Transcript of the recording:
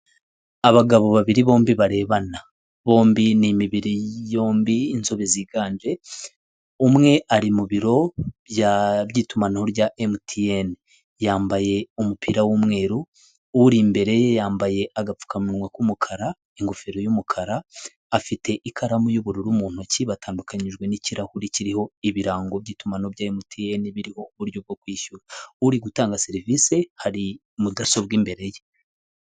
Abagabo babiri bombi barebana, bombi ni imibiri yombi inzobe ziganje umwe ari mu biro by'itumanaho rya MTN yambaye umupira w'umweru uri imbere ye yambaye agapfukamunwa k'umukara, ingofero y'umukara, afite ikaramu y'ubururu mu ntoki batandukanijwe n'kirahure kiriho ibirango by'itumanaho bya MTN n'ibiriho uburyo bwo kwishyura uri gutanga serivisi hari mudasobwa imbere ye.